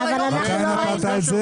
אנחנו עוד לא ראינו את זה,